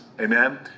amen